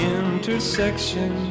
intersection